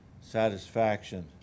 satisfaction